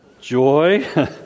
Joy